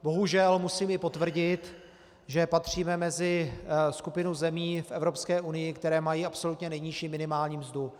Bohužel musím i potvrdit, že patříme mezi skupinu zemí v Evropské unii, které mají absolutně nejnižší minimální mzdu.